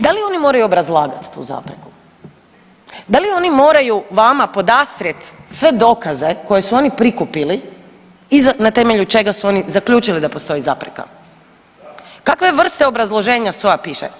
Da li oni moraju obrazlagat tu zapreku, da li oni moraju vama podastrijet sve dokaze koje su oni prikupili i na temelju čega su oni zaključili da postoji zapreka, kakve vrsta obrazloženja SOA piše?